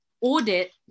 audit